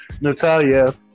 Natalia